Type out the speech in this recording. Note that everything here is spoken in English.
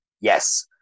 Yes